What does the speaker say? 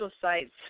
sites